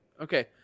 okay